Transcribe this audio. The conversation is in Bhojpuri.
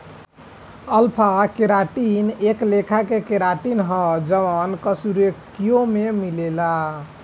अल्फा केराटिन एक लेखा के केराटिन ह जवन कशेरुकियों में मिलेला